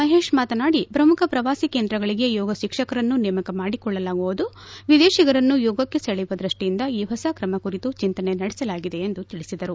ಮಹೇಶ್ ಮಾತನಾಡಿ ಪ್ರಮುಖ ಪ್ರವಾಸಿ ಕೇಂದ್ರಗಳಿಗೆ ಯೋಗ ಶಿಕ್ಷಕರನ್ನು ನೇಮಕ ಮಾಡಿಕೊಳ್ಳಲಾಗುವುದು ವಿದೇಶಿಗರನ್ನು ಯೋಗಕ್ಕೆ ಸೆಳೆಯುವ ದೃಷ್ಟಿಯಿಂದ ಈ ಹೊಸ ಕ್ರಮ ಕುರಿತು ಚಿಂತನೆ ನಡೆಸಲಾಗಿದೆ ಎಂದು ತಿಳಿಸಿದರು